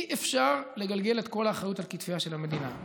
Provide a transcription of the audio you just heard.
אי-אפשר לגלגל את כל האחריות על כתפיה של המדינה,